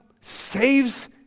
saves